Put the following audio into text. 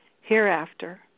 hereafter